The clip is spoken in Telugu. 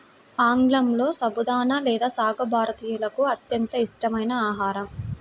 ఆంగ్లంలో సబుదానా లేదా సాగో భారతీయులకు అత్యంత ఇష్టమైన ఆహారం